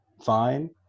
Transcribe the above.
fine